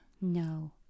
No